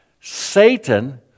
Satan